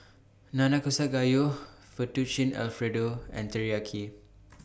Nanakusa Gayu Fettuccine Alfredo and Teriyaki